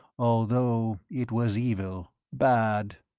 although it was evil bad.